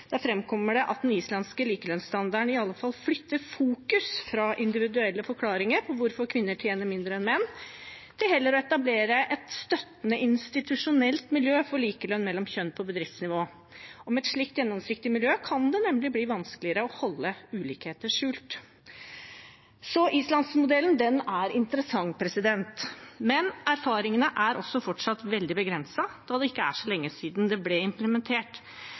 det at den islandske likelønnsstandarden i alle fall flytter fokus fra individuelle forklaringer på hvorfor kvinner tjener mindre enn menn, til heller å etablere et støttende institusjonelt miljø for likelønn mellom kjønn på bedriftsnivå. Med et slikt gjennomsiktig miljø kan det nemlig bli vanskeligere å holde ulikheter skjult. Islandsmodellen er interessant, men erfaringene er fortsatt veldig begrensede, da det ikke er så lenge siden den ble implementert.